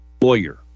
lawyer